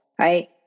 right